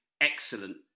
excellent